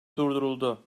durduruldu